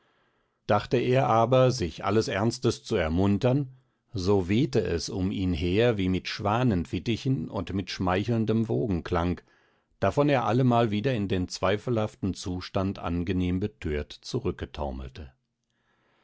dachte er aber sich alles ernstes zu ermuntern so wehte es um ihn her wie mit schwanenfittichen und mit schmeichelndem wogenklang davon er allemal wieder in den zweifelhaften zustand angenehm betört